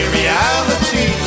reality